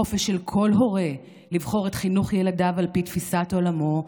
החופש של כל הורה לבחור את חינוך ילדיו על פי תפיסת עולמו,